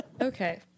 okay